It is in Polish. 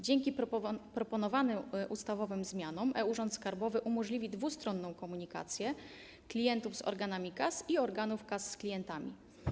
Dzięki proponowanym ustawowym zmianom e-Urząd Skarbowy umożliwi dwustronną komunikację klientów z organami KAS i organów KAS z klientami.